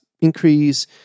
increase